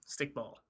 Stickball